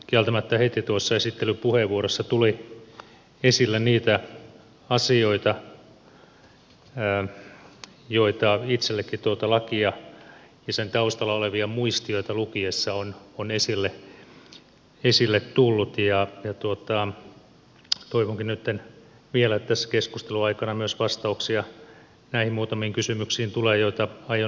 kieltämättä heti tuossa esittelypuheenvuorossa tuli esille niitä asioita joita itsellenikin tuota lakia ja sen taustalla olevia muistioita lukiessa on esille tullut ja toivonkin nytten vielä että tässä keskustelun aikana myös vastauksia näihin muutamiin kysymyksiin tulee joita aion nostaa esille